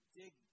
dig